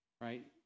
right